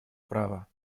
права